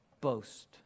boast